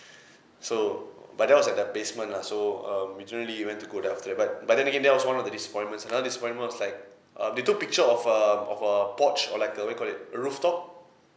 so but that was at their basement lah so um we don't really want to go there after that but but then again that was one of the disappointments another disappointment was like uh they took picture of a of a porch or like uh what you call it a rooftop